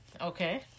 Okay